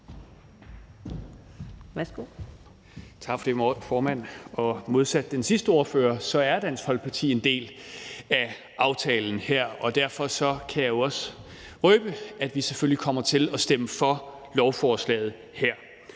Tak for det, formand. Modsat den sidste ordførers parti er Dansk Folkeparti en del af aftalen her, og derfor kan jeg også røbe, at vi selvfølgelig kommer til at stemme for lovforslaget her.